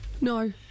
No